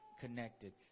connected